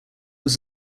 was